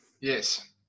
Yes